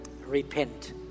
Repent